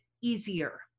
easier